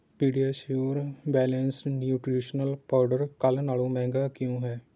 PediaSure balanced nutritional powder ਕੱਲ੍ਹ ਨਾਲੋਂ ਮਹਿੰਗਾ ਕਿਉਂ ਹੈ